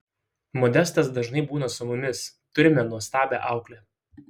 modestas dažnai būna su mumis turime nuostabią auklę